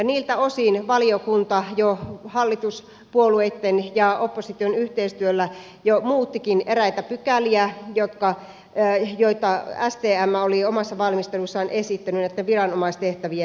niiltä osin valiokunta hallituspuolueitten ja opposition yhteistyöllä jo muuttikin eräitä pykäliä joita stm oli omassa valmistelussaan esittänyt näitten viranomaistehtävien osalta